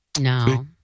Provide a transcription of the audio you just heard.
No